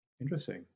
Interesting